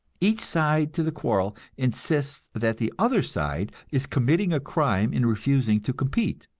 each side to the quarrel insists that the other side is committing a crime in refusing to compete,